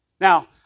Now